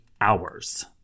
hours